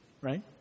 Right